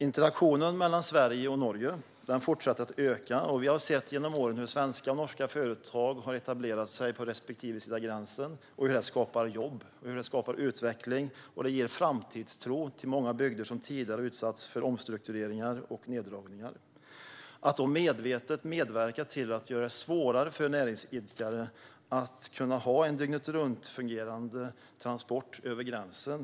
Interaktionen mellan Sverige och Norge fortsätter att öka, och vi har sett genom åren hur svenska och norska företag har etablerat sig på respektive sida om gränsen och hur det skapar jobb och utveckling och ger framtidstro till många bygder som tidigare har utsatts för omstruktureringar och neddragningar. Att då medvetet medverka till att göra det svårare för näringsidkare att ha en dygnetruntfungerande transport över gränsen är mycket oroande.